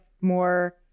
more